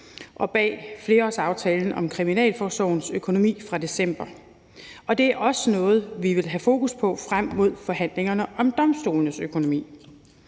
og bag flerårsaftalen om Kriminalforsorgens økonomi fra december. Og det er også noget, vi vil have fokus på frem mod forhandlingerne om domstolenes økonomi.